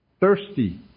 Thirsty